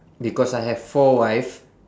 because I have four wife